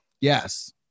Yes